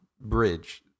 bridge